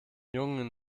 jungen